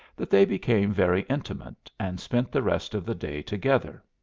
that they became very intimate, and spent the rest of the day together.